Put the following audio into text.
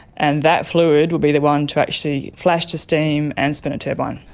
and that fluid will be the one to actually flash to steam and spin a turbine.